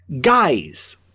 guys